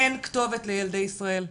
אין כתובת לילדי ישראל,